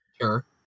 Sure